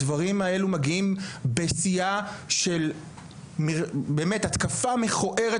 הדברים האלה מגיעים בשיאה של באמת התקפה מכוערת